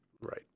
Right